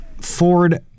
Ford